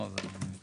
21 זה חסרי